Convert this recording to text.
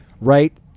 right